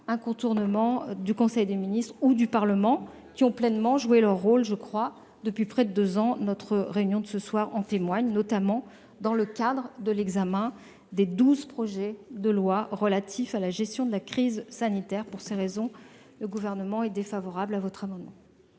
un contournement du conseil des ministres ou du Parlement, qui ont, me semble-t-il, pleinement joué leur rôle depuis près de deux ans- notre débat de ce soir en témoigne -, notamment dans le cadre de l'examen des douze projets de loi relatifs à la gestion de la crise sanitaire. Pour ces raisons, le Gouvernement émet un avis défavorable sur cet amendement.